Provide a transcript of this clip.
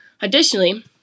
Additionally